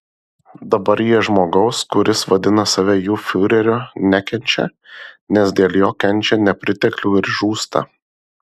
dabar jie žmogaus kuris vadina save jų fiureriu nekenčia nes dėl jo kenčia nepriteklių ir žūsta